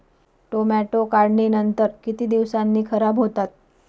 Tomato काढणीनंतर किती दिवसांनी खराब होतात?